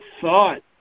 thought